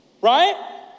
Right